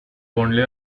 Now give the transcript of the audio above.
only